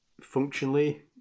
functionally